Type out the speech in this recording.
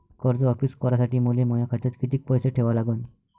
कर्ज वापिस करासाठी मले माया खात्यात कितीक पैसे ठेवा लागन?